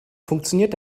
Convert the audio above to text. funktioniert